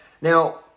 Now